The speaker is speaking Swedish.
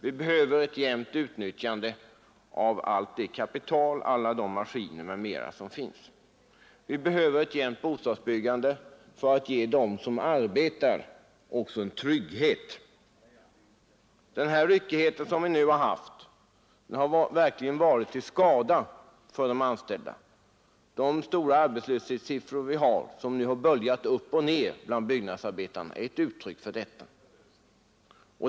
Vi behöver ett jämnt utnyttjande av allt det kapital, alla de maskiner m.m. som finns. Vi behöver ett jämnt bostadsbyggande också för att ge dem som arbetar en trygghet. Den ryckighet som vi nu har haft har verkligen varit till skada för de anställda. De stora arbetslöshetssiffror som har böljat upp och ned bland byggnadsarbetarna är ett uttryck för detta.